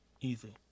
Easy